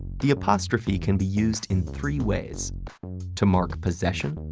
the apostrophe can be used in three ways to mark possession,